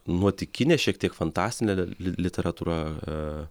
nuotykinė šiek tiek fantastinė li literatūra